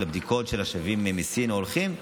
הבדיקות של השבים מסין או ההולכים לסין.